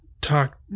talk